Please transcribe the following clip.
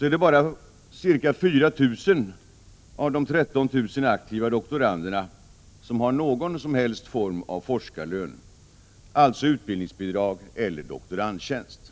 är det bara ca 4 000 av de 13 000 aktiva doktoranderna som har någon som helst form av forskarlön, alltså utbildningsbidrag eller doktorandtjänst.